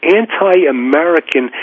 anti-American